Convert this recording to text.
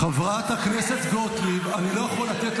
חברת הכנסת גוטליב, אני מוציא אותך